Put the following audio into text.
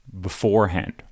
beforehand